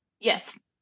yes